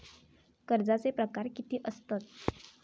कर्जाचे प्रकार कीती असतत?